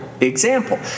example